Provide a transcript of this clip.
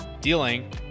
dealing